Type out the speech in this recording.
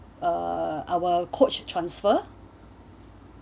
uh our coach transfer